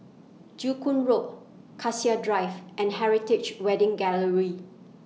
Joo Koon Road Cassia Drive and Heritage Wedding Gallery